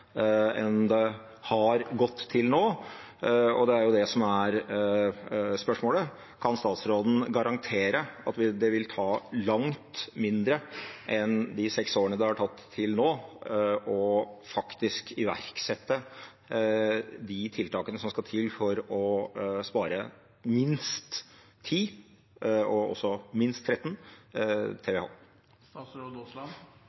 enn det har gått til nå. Det er det som er spørsmålet: Kan statsråden garantere at det vil ta langt mindre enn de seks årene det har tatt til nå, å faktisk iverksette de tiltakene som skal til for å spare minst 10 TWh, og også minst 13 TWh? Jeg forholder meg til